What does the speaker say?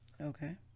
Okay